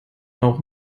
auch